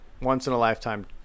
once-in-a-lifetime